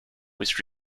was